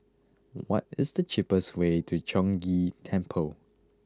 what is the cheapest way to Chong Ghee Temple